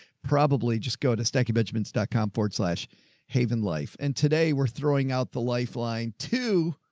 probably just go to stanky benjamins dot com forward slash haven life and today we're throwing out the lifeline too.